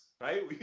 Right